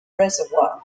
reservoir